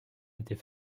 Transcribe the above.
était